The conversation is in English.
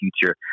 future